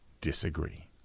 disagree